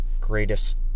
Greatest